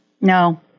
No